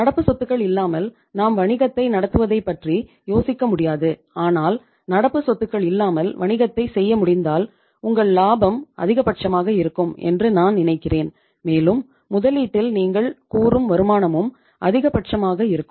நடப்பு சொத்துக்கள் இல்லாமல் நாம் வணிகத்தை நடத்துவதைப் பற்றி யோசிக்க முடியாது ஆனால் நடப்பு சொத்துக்கள் இல்லாமல் வணிகத்தை செய்ய முடிந்தால் உங்கள் லாபம் அதிகபட்சமாக இருக்கும் என்று நான் நினைக்கிறேன் மேலும் முதலீட்டில் நீங்கள் கூறும் வருமானமும் அதிகபட்சமாக இருக்கும்